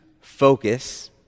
focus